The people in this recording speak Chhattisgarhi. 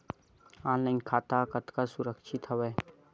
ऑनलाइन खाता कतका सुरक्षित हवय?